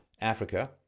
Africa